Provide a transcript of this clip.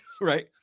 Right